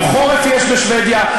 גם חורף יש בשבדיה,